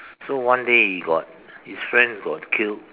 so one day he got his friend got killed